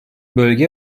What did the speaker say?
bölge